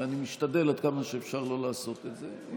ואני משתדל עד כמה שאפשר לא לעשות את זה.